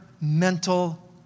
mental